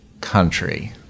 country